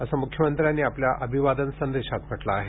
असं मुख्यमंत्र्यानी आपल्या अभिवादन संदेशात म्हटलं आहे